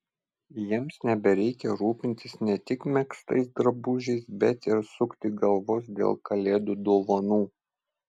jiems nebereikia rūpintis ne tik megztais drabužiais bet ir sukti galvos dėl kalėdų dovanų